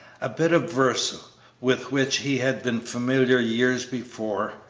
a bit of verse with which he had been familiar years before,